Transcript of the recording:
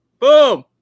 boom